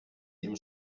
ihrem